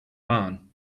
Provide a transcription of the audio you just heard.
barn